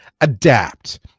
adapt